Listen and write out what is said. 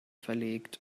verlegt